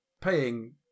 paying